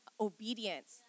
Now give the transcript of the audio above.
obedience